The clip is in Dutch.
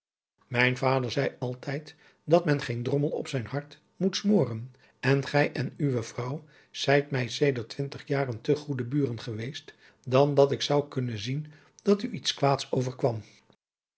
mijn vader zeî altijd dat mengeen drommel op zijn hart moet smoren en gij en uwe adriaan loosjes pzn het leven van hillegonda buisman vrouw zijt mij sedert twintig jaren te goede buren geweest dan dat ik zou kunnen zien dat u iets kwaads overkwam